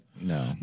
No